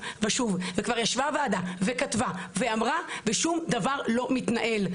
כבר ישבה ועדה וכתבה ואמרה, ושום דבר לא מתנהל.